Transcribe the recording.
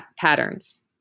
patterns